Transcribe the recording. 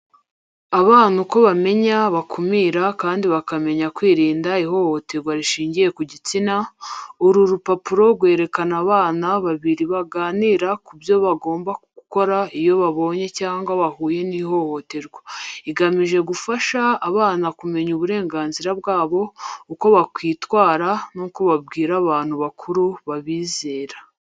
Abana uko bamenya, bakumira, kandi bakamenya kwirinda ihohoterwa rishingiye ku gitsina. Uru rupapuro rwerekana abana babiri baganira ku byo bagomba gukora iyo babonye cyangwa bahuye n’ihohoterwa. Igamije gufasha abana kumenya uburenganzira bwabo, uko bakwitwara, n’uko babibwira abantu bakuru babizera.